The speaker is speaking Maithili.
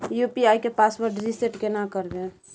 यु.पी.आई के पासवर्ड रिसेट केना करबे?